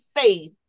faith